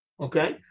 Okay